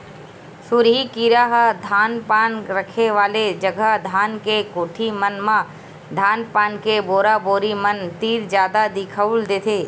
सुरही कीरा ह धान पान रखे वाले जगा धान के कोठी मन म धान पान के बोरा बोरी मन तीर जादा दिखउल देथे